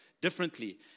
differently